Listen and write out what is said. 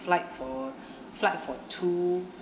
flight for flight for two